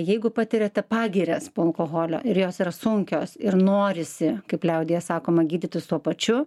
jeigu patiriate pagirias po alkoholio ir jos yra sunkios ir norisi kaip liaudyje sakoma gydytis tuo pačiu